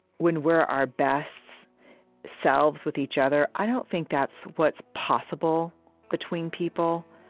when we're our best selves with each other i don't think that's what's possible between people.